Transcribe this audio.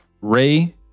Ray